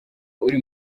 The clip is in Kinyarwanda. uri